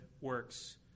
works